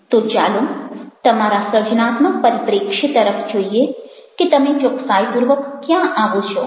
તો ચાલો તમારા સર્જનાત્મક પરિપ્રેક્ષ્ય તરફ જોઈએ કે તમે ચોકસાઈપૂર્વક ક્યાં આવો છો